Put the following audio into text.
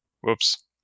Whoops